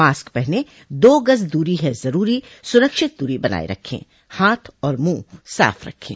mask पहनें दो गज़ दूरी है ज़रूरी सुरक्षित दूरी बनाए रखें हाथ और मुंह साफ़ रखें